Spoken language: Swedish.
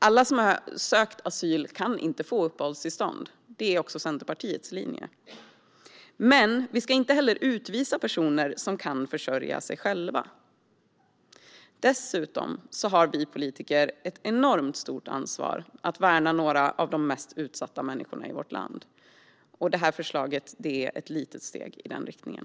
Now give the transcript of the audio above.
Alla som har sökt asyl kan inte få uppehållstillstånd. Det är också Centerpartiets linje. Men vi ska heller inte utvisa personer som kan försörja sig själva. Dessutom har vi politiker ett enormt stort ansvar att värna några av de mest utsatta människorna i vårt land. Detta förslag är ett litet steg i den riktningen.